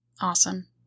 awesome